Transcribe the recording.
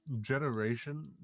generation